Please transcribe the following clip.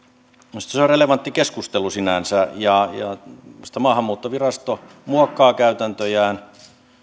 minusta se se on relevantti keskustelu sinänsä sitten maahanmuuttovirasto muokkaa käytäntöjään